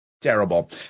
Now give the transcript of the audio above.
terrible